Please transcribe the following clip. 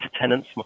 tenants